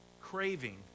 Craving